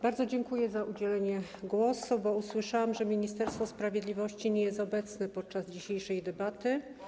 Bardzo dziękuję za udzielenie głosu, bo usłyszałam, że Ministerstwo Sprawiedliwości nie jest obecne podczas dzisiejszej debaty.